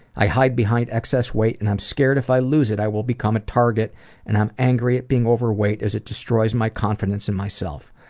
i hide behind excess weight and i'm scared if i lose it i will become a target and i'm angry at being overweight, as it destroys my confidence in myself.